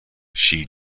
she